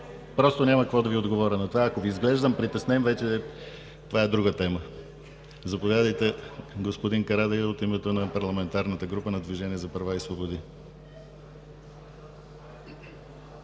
Просто няма какво да Ви отговоря. Ако Ви изглеждам притеснен, вече това е друга тема. Заповядайте, господин Карадайъ, от името на парламентарната група на Движението за права и свободи.